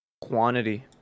quantity